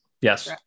Yes